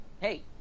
hey